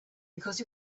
because